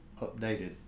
updated